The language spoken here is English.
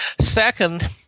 Second